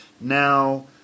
Now